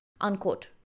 unquote